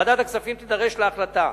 ועדת הכספים תידרש להחלטה.